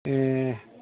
ए